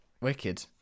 Wicked